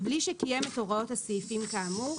בלי שקיים את הוראות הסעיפים כאמור,